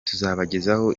tuzabagezaho